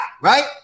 right